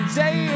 day